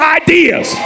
ideas